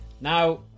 Now